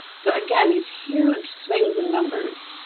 so, again, these huge swings in numbers.